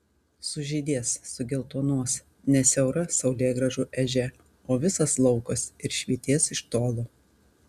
sužydės sugeltonuos ne siaura saulėgrąžų ežia o visas laukas ir švytės iš tolo